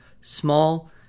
small